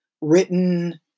written